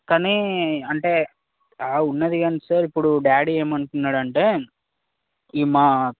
కానీ అంటే ఉన్నది కానీ సార్ ఇప్పుడు డాడీ ఏమంటున్నాడు అంటే ఈ మా